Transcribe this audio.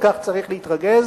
במקום להתמודד עם הבעיות,